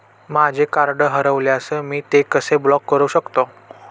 माझे कार्ड हरवल्यास मी ते कसे ब्लॉक करु शकतो?